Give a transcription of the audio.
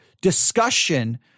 discussion